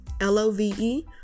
l-o-v-e